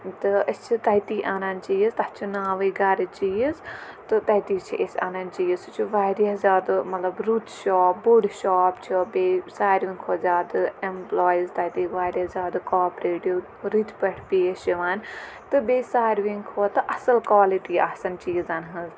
تہٕ أسۍ چھِ تَتی اَنان چیٖز تَتھ چھُ ناوٕے گَرٕ چیٖز تہٕ تَتی چھِ أسۍ اَنان چیٖز سُہ چھُ واریاہ زیادٕ مطلب رُت شاپ بوٚڑ شاپ چھُ بیٚیہِ ساروے کھۄتہٕ زیادٕ اٮ۪مپلایز تَتِکۍ واریاہ زیادٕ کاپریٹِو رٔتۍ پٲٹھۍ پیش یِوان تہٕ بیٚیہِ ساروِیَن کھۄتہٕ اَصٕل کالٹی آسان چیٖزَن ہٕنٛز